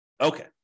Okay